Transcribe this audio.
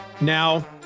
Now